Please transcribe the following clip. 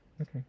Okay